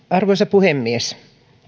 arvoisa puhemies